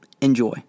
Enjoy